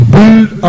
Build